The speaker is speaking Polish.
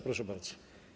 Proszę bardzo.